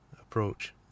approach